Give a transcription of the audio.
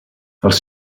els